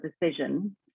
decision